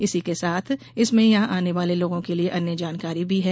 इसी के साथ इसमें यहाँ आने वाले लोगों के लिए अन्य जानकारी भी है